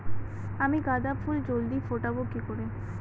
আমি গাঁদা ফুল জলদি ফোটাবো কি করে?